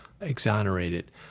exonerated